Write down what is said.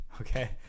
Okay